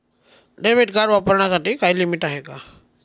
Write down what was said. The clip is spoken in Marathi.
डेबिट कार्ड वापरण्यासाठी काही लिमिट आहे का?